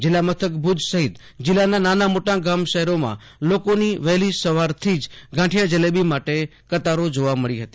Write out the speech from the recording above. જિલ્લા મથક ભુજ સહિત જિલ્લાના નાના મોટા ગામ શહેરમાં લોકો વહેલી સવારથી જ ગાંઠિયા જલેબી માટે કતારો જોવા મળી હતી